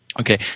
Okay